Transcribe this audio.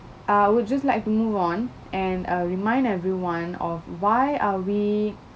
I would just like to move on and err remind everyone of why are we